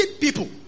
people